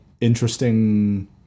interesting